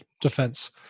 defense